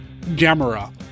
Gamera